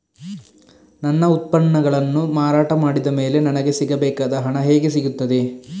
ನನ್ನ ಉತ್ಪನ್ನಗಳನ್ನು ಮಾರಾಟ ಮಾಡಿದ ಮೇಲೆ ನನಗೆ ಸಿಗಬೇಕಾದ ಹಣ ಹೇಗೆ ಸಿಗುತ್ತದೆ?